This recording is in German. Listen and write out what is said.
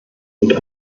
und